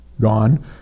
gone